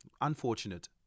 unfortunate